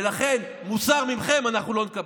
לכן, מוסר מכם אנחנו לא נקבל.